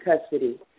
custody